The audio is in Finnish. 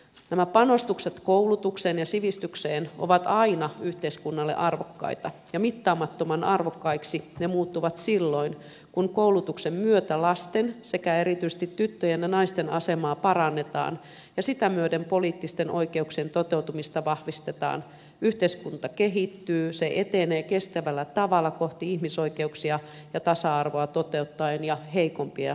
nämä panostukset koulutukseen ja sivistykseen ovat aina yhteiskunnalle arvokkaita ja mittaamattoman arvokkaiksi ne muuttuvat silloin kun koulutuksen myötä lasten sekä erityisesti tyttöjen ja naisten asemaa parannetaan ja sitä myöten poliittisten oikeuksien toteutumista vahvistetaan yhteiskunta kehittyy se etenee kestävällä tavalla kohti ihmisoikeuksia tasa arvoa toteuttaen ja heikompia huomioiden